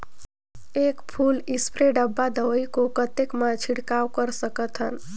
एक full spray डब्बा दवाई को कतेक म छिड़काव कर सकथन?